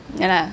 ya lah